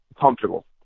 comfortable